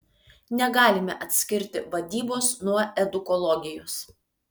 negalime atskirti vadybos nuo edukologijos